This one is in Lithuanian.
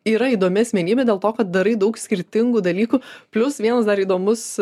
yra įdomi asmenybė dėl to kad darai daug skirtingų dalykų plius vienas dar įdomus